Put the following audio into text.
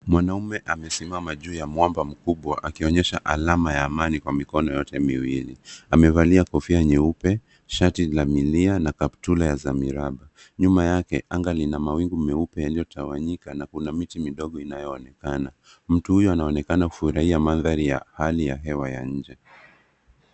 Mwanaume amesimama juu ya mwamba mkubwa akionyesha alama ya amani kwa mikono yote miwili. Amevalia kofia nyeupe, shati la milia na kaptura za miraba. Nyuma yake anga lina mawingu meupe yaliyotawanyika na kuna miti midogo inayoonekana. Mtu huyo anaonekana kufurahia mandhari ya hali ya hewa ya nje.